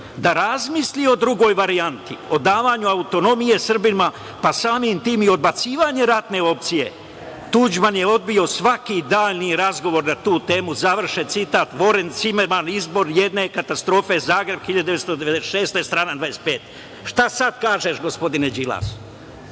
da razmisli o drugoj varijanti, o davanju autonomije Srbima, pa samim tim i odbacivanje ratne opcije, Tuđman je odbio svaki dalji razgovor na tu temu.“ Završen citat, Voren Zimerman, „Izbor jedne katastrofe“, Zagreb 1996. godine, strana 25.Šta sada kažeš, gospodine Đilas?